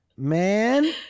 Man